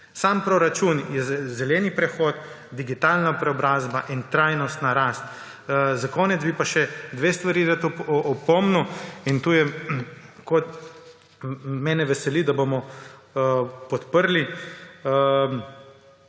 Sam proračun: zeleni prehod, digitalna preobrazba in trajnostna rast. Za konec bi pa še dve stvari rad omenil. Mene veseli, da bomo podprli